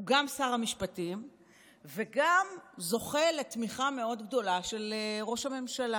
הוא גם שר המשפטים וגם זוכה לתמיכה מאוד גדולה של ראש הממשלה.